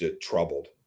troubled